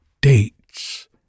dates